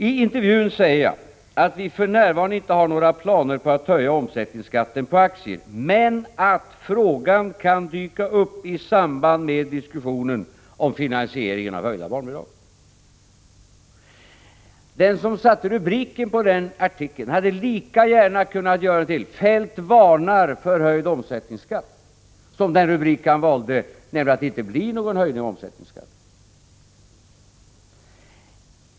I intervjun sade jag att vi för närvarande inte har några planer på att höja omsättningsskatten på aktier men att frågan kan dyka upp i samband med diskussionen om finansieringen av höjda barnbidrag. Den som satte rubriken på den artikeln hade lika gärna kunnat skriva ”Feldt varnar för höjd omsättningsskatt” som den rubrik han valde, nämligen att det inte skulle bli någon höjning av omsättningsskatten.